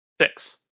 Six